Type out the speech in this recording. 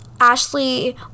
Ashley